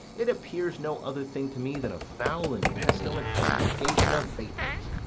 it appears no other thing to me than a foul and pestilent congregation of vapours.